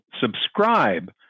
subscribe